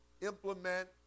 implement